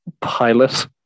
Pilot